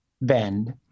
bend